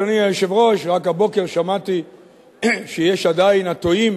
אדוני היושב-ראש: רק הבוקר שמעתי שיש עדיין הטועים